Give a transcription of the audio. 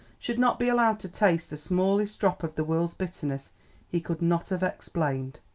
should not be allowed to taste the smallest drop of the world's bitterness he could not have explained.